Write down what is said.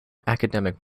academic